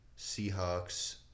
Seahawks